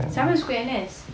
siapa suka N_S